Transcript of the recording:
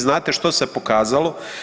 Znate što se pokazalo?